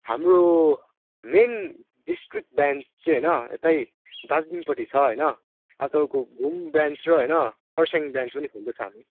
हाम्रो main district branch चाहिँ होइन यतै दार्जिलिङपट्टि छ हैन अब तपाईँको घुम ब्रान्च र होइन कर्सियङ ब्रान्च पनि खोल्दैछ हामी